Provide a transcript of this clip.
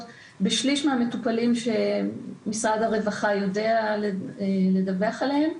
בשליש מהמטופלים שמשרד הרווחה יודע לדווח עליהם.